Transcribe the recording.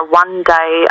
one-day